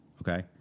okay